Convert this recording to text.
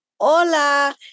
hola